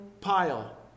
pile